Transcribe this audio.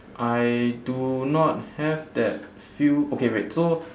I do not have that few okay wait so